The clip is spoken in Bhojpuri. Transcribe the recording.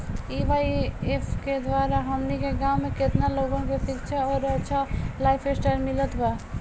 ए.आई.ऐफ के द्वारा हमनी के गांव में केतना लोगन के शिक्षा और अच्छा लाइफस्टाइल मिलल बा